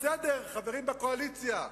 בסדר, חברים בקואליציה.